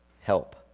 help